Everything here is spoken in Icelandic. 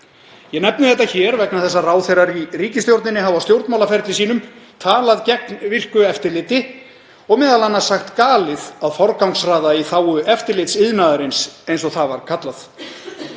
Ég nefni þetta hér vegna þess að ráðherrar í ríkisstjórninni hafa á stjórnmálaferli sínum talað gegn virku eftirliti og m.a. sagt galið að forgangsraða í þágu eftirlitsiðnaðarins eins og það var kallað.